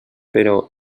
però